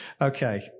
Okay